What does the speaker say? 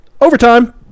Overtime